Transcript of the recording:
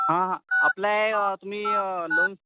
हा हा अप्लाय तुम्ही लोन